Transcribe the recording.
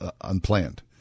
Unplanned